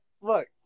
Look